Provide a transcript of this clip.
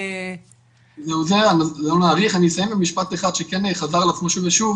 אני אסיים במשפט אחד שכאן דיברו עליו שוב ושוב